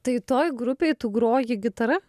tai toj grupėj tu groji gitara